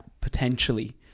potentially